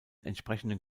entsprechenden